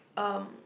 um